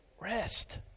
rest